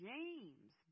James